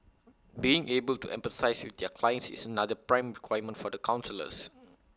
being able to empathise with their clients is another prime requirement for counsellors